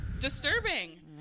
disturbing